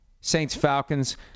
Saints-Falcons